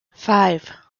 five